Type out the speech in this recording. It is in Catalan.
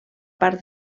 part